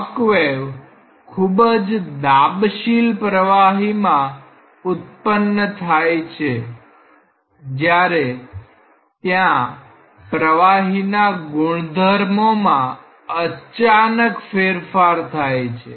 શોક wave ખુબજ દાબશીલ પ્રવાહીમાં ઉત્પન્ન થાય છે જ્યારે ત્યાં પ્રવાહીના ગુણધર્મોમાં અચાનક ફેરફાર થાય છે